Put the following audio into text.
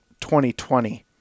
2020